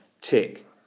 tick